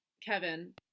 Kevin